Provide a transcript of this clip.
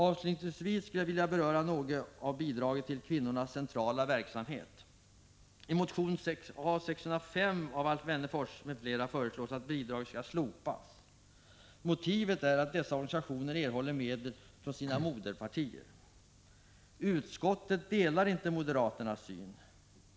Avslutningsvis skulle jag vilja kommentera frågan om bidraget till kvinnoorganisationernas centrala verksamhet. Utskottet delar inte moderaternas syn.